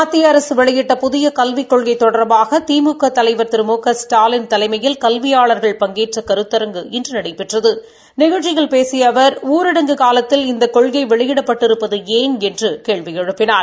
மத்திய அரசு வெளியிட்ட புதிய கல்விக்கொள்கை தொடர்பாக திமுக தலைவர் திரு மு க ஸ்டாலின் தலைமையில் கல்வியாளர்கள் பங்கேற்ற கருத்தரங்கு இன்று நடைபெற்றது நிகழ்ச்சியில் பேசிய அவர் ஊரடங்கு காலத்தில் இந்த கொள்கை வெளியிடப்பட்டிருப்பது ஏன் என்று கேள்வி எழுப்பினார்